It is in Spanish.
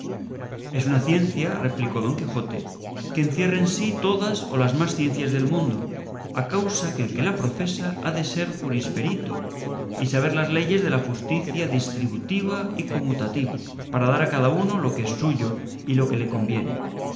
es una ciencia replicó don quijote que encierra en sí todas o las más ciencias del mundo a causa que el que la profesa ha de ser jurisperito y saber las leyes de la justicia distributiva y comutativa para dar a cada uno lo que es suyo y lo que le conviene